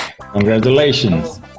Congratulations